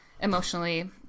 emotionally